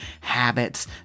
habits